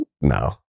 No